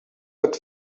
but